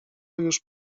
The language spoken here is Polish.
już